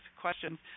questions